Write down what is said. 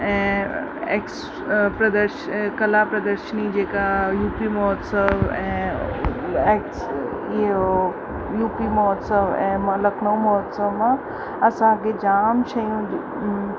ऐं एक्स प्रदर्श कला प्रदर्शनी जेका यू पी महोत्सव ऐं एक्स इहो यू पी महोत्सव ऐं मां लखनऊ महोत्सव मां असांखे जाम शयूं